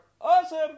awesome